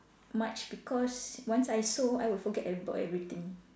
much because once I sew I will forget about everything